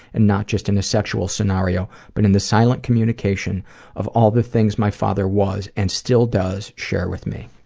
and not just in a sexual scenario, but in the silent communication of all the things my father was and still does share with me.